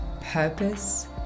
purpose